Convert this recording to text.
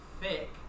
thick